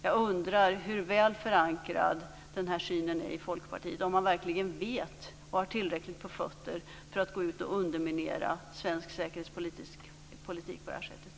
Jag undrar hur väl förankrad den här synen är i Folkpartiet, om man verkligen har tillräckligt på fötterna för att gå ut och underminera svensk säkerhetspolitik på det här sättet.